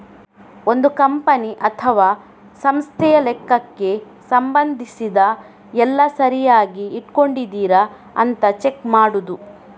ಒಂದು ಕಂಪನಿ ಅಥವಾ ಸಂಸ್ಥೆಯ ಲೆಕ್ಕಕ್ಕೆ ಸಂಬಂಧಿಸಿದ ಎಲ್ಲ ಸರಿಯಾಗಿ ಇಟ್ಕೊಂಡಿದರಾ ಅಂತ ಚೆಕ್ ಮಾಡುದು